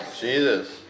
Jesus